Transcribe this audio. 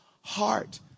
heart